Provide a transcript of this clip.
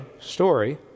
story